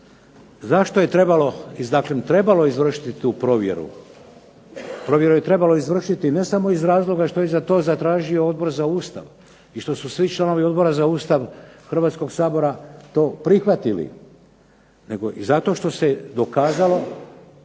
Zašto je trebalo izvršiti tu provjeru? Provjeru je trebalo izvršiti ne samo iz razloga što je to zatražio Odbor za Ustav i što su svi članovi Odbora za Ustav Hrvatskog sabora to prihvatili nego i zato što se dokazalo